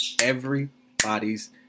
everybody's